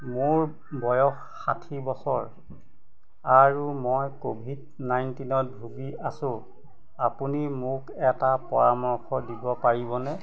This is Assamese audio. মোৰ বয়স ষাঠি বছৰ আৰু মই ক'ভিড নাইনটিনত ভুগি আছোঁ আপুনি মোক এটা পৰামৰ্শ দিব পাৰিবনে